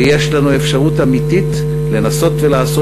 ויש לנו אפשרות אמיתית לנסות ולעשות